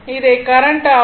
இதை கரண்ட் ஆகும்